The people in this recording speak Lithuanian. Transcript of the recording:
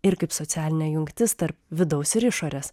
ir kaip socialinė jungtis tarp vidaus ir išorės